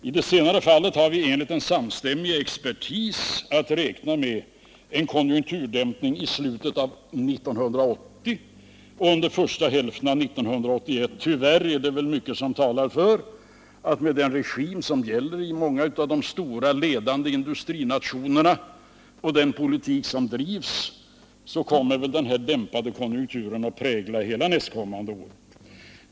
I det senare fallet har vi enligt en samstämmig expertis att räkna med en konjunkturdämpning i slutet av 1980 och under första hälften av 1981. Tyvärr talar mycket för att med den regim som gäller i många av de stora ledande industrinationerna och med den politik som drivs så kommer den här dämpade konjunkturen att prägla hela nästkommande år.